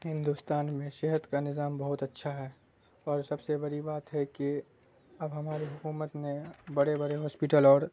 ہندوستان میں صحت کا نظام بہت اچھا ہے اور سب سے بڑی بات ہے کہ اب ہماری حکومت نے بڑے بڑے ہاسپیٹل اور